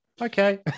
Okay